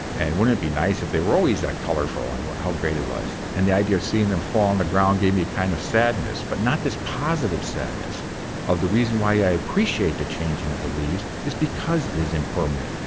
and wouldn't it be nice if they were always that colourful and how great it was. and the idea of seeing them fall on the ground gave me a kind of sadness, but not this positive sadness of the reason why i appreciate the changing of the leaves is because it is impermanent,